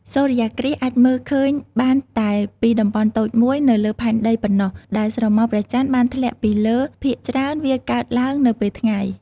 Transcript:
សូរ្យគ្រាសអាចមើលឃើញបានតែពី តំបន់តូចមួយ នៅលើផែនដីប៉ុណ្ណោះ ដែលស្រមោលព្រះចន្ទបានធ្លាក់ពីលើ ភាគច្រើនវាកើតឡើងនៅពេលថ្ងៃ ។